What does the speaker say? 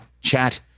chat